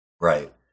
Right